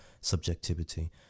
subjectivity